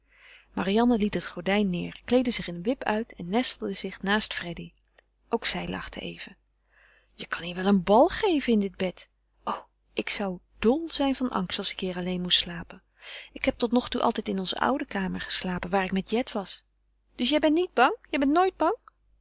marianne liet het gordijn neêr kleedde zich in een wip uit en nestelde zich naast freddy ook zij lachte even je kan hier wel een bal geven in dit bed o ik zou dol zijn van angst als ik hier alleen moest slapen ik heb totnogtoe altijd in onze oude kamer geslapen waar ik met jet was dus jij bent niet bang jij bent nooit bang